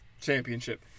championship